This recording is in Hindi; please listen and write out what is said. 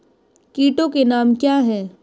कीटों के नाम क्या हैं?